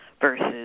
versus